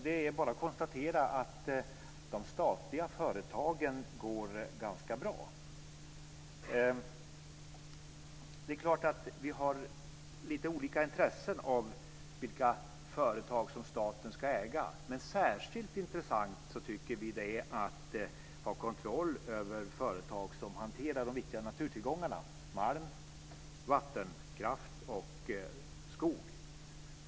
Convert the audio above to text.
Det är bara att konstatera att de statliga företagen går ganska bra. Det är klart att vi har lite olika intressen av vilka företag som staten ska äga. Men särskilt intressant tycker vi att det är att ha kontroll över företag som hanterar de viktiga naturtillgångarna malm, vattenkraft och skog.